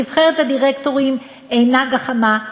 נבחרת הדירקטורים אינה גחמה,